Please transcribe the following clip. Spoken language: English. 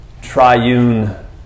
triune